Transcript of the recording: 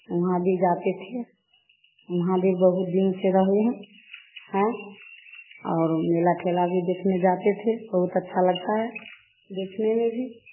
उहाँ भी जाते थे वहाँ भी बहुत दिन से रहे हैं और मेल ठेला भी देखने जाते थे बहुत अच्छा लगता है देखने में भी